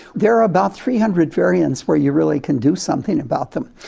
there are about three hundred variants where you really can do something about them.